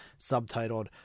subtitled